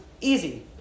easy